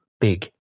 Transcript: big